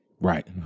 Right